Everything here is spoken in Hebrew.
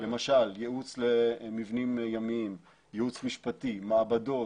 למשל יעוץ למבנים ימיים, יעוץ משפטי, מעבדות,